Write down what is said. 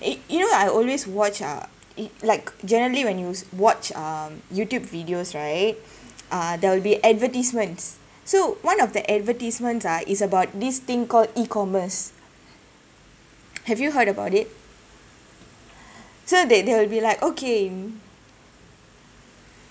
it you know I always watch uh like generally when you watch um youtube videos right uh there'll be advertisements so one of the advertisements ah is about this thing called E-commerce have you heard about it so they they will be like okay